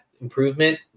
improvement